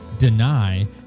deny